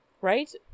Right